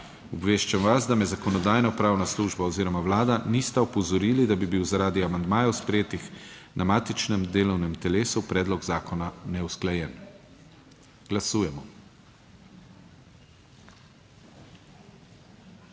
Obveščam vas, da me Zakonodajno-pravna služba oziroma Vlada nista opozorili, da bi bil zaradi amandmajev sprejetih na matičnem delovnem telesu predlog zakona neusklajen. Glasujemo.